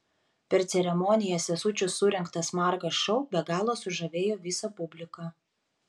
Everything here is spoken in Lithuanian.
per ceremoniją sesučių surengtas margas šou be galo sužavėjo visą publiką